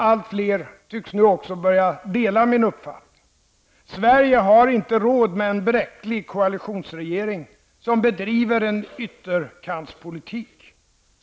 Allt fler tycks nu börja dela min uppfattning. Sverige har inte råd med en bräcklig koalitionsregering som bedriver en ytterkantspolitik.